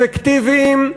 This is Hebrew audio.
אפקטיביים,